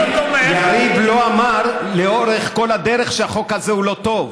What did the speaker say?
יריב לא אמר לאורך כל הדרך שהחוק הזה הוא לא טוב.